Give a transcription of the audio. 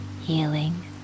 healing